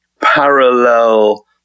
parallel